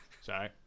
Sorry